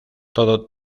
todo